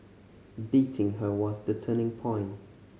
beating her was the turning point